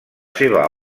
seva